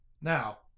Now